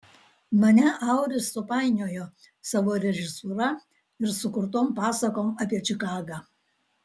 mane auris supainiojo savo režisūra ir sukurtom pasakom apie čikagą